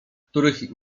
których